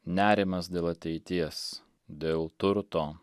nerimas dėl ateities dėl turto